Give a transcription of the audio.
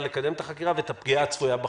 לקדם את החקירה ואת הפגיעה הצפויה בחשוד".